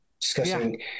discussing